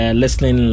listening